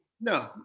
No